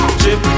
chip